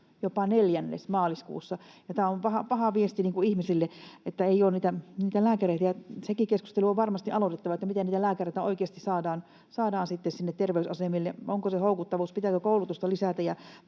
jopa neljännes maaliskuussa — ja tämä on paha viesti ihmisille, että ei ole lääkäreitä. Sekin keskustelu on varmasti aloitettava, miten niitä lääkäreitä oikeasti saadaan terveysasemille, onko se houkuttavuus, pitääkö koulutusta lisätä